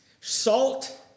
salt